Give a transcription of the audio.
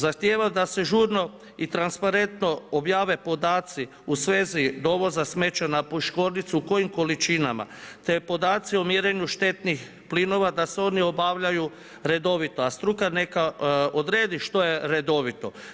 Zahtijevam da se žurno i transparentno objave podaci u svezu dovodu smeća na Piškornicu, u kojim količinama, te podaci o mjerenju štetnih plinova da se oni obavljaju redovito, a struka neka odredi što je redovito.